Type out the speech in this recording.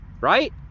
right